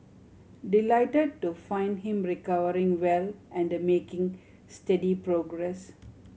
delighted to find him recovering well and making steady progress